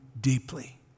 deeply